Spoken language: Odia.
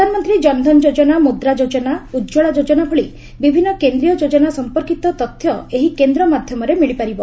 ପ୍ରଧାନମନ୍ତ୍ରୀ ଜନଧନ ଯୋଜନା ମୁଦ୍ରା ଯୋଜନା ଉଜ୍ୱଳା ଯୋଜନା ଭଳି ବିଭିନ୍ନ କେନ୍ଦ୍ରୀୟ ଯୋଜନା ସମ୍ପର୍କିତ ତଥ୍ୟ ଏହି କେନ୍ଦ୍ର ମାଧ୍ୟମରେ ମିଳିପାରିବ